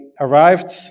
arrived